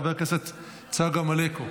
חבר הכנסת אריאל קלנר,